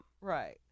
Right